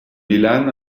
mélanes